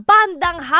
Bandang